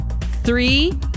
three